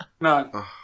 no